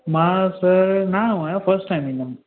मां सर नयो आहियां फस्ट टाइम ईंदमि